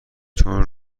چون